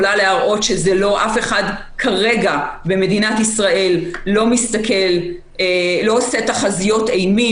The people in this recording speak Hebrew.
אני יכולה להראות שאף אחד כרגע במדינת ישראל לא עושה תחזיות אימים.